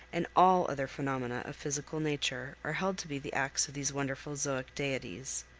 and all other phenomena of physical nature, are held to be the acts of these wonderful zoic deities.